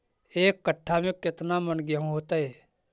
एक कट्ठा में केतना मन गेहूं होतै?